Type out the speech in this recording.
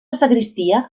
sagristia